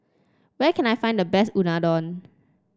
where can I find the best Unadon